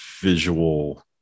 visual